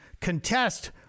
contest